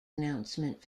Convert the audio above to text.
announcement